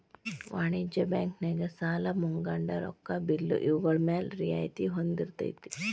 ವಾಣಿಜ್ಯ ಬ್ಯಾಂಕ್ ನ್ಯಾಗ ಸಾಲಾ ಮುಂಗಡ ರೊಕ್ಕಾ ಬಿಲ್ಲು ಇವ್ಗಳ್ಮ್ಯಾಲೆ ರಿಯಾಯ್ತಿ ಹೊಂದಿರ್ತೆತಿ